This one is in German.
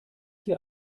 hier